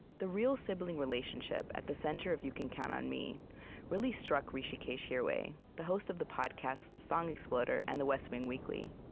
the real sibling relationship at the center of you can count on me really struck hrishikesh hirway, the host of the podcasts song exploder and the west wing weekly.